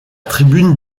tribune